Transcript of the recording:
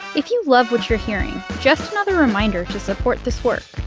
if you love what you're hearing, just another reminder to support this work.